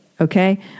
Okay